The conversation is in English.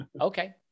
Okay